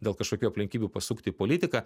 dėl kažkokių aplinkybių pasukti į politiką